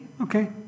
Okay